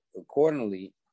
accordingly